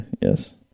yes